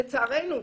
לצערנו,